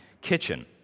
kitchen